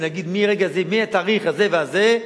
ונגיד, מרגע זה, מהתאריך הזה והזה,